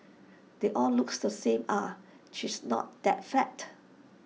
they all look the same ah she's not that fat